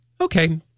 Okay